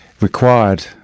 required